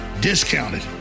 discounted